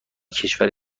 کشور